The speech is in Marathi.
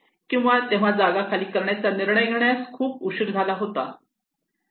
किंवा तेव्हा जागा खाली करण्याचा निर्णय घेण्यास खूप उशीर झाला होता